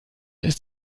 ist